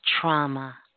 trauma